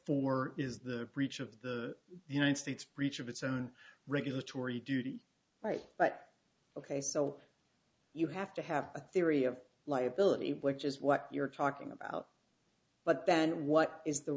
four is the breach of the united states breach of its own regulatory duty right but ok so you have to have a theory of liability which is what you're talking about but then what is the